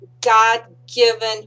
God-given